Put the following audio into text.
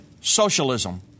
socialism